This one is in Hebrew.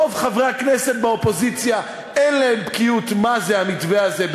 רוב חברי הכנסת באופוזיציה אין להם בקיאות מה זה המתווה הזה,